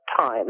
time